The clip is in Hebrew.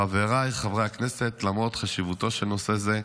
חבריי חברי הכנסת, למרות חשיבותו של נושא זה,